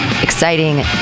Exciting